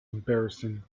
embarrassing